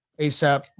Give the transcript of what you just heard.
ASAP